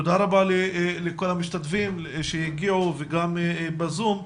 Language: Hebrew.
תודה רבה לכל המשתתפים שהגיעו ולאלה שבזום.